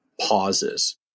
pauses